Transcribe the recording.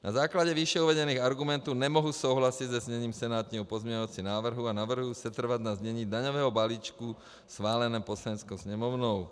Na základě výše uvedených argumentů nemohu souhlasit se zněním senátního pozměňovacího návrhu a navrhuji setrvat na znění daňového balíčku schváleného Poslaneckou sněmovnou.